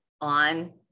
on